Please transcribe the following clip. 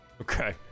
Okay